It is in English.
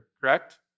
correct